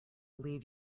leave